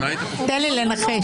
תן לי לנחש.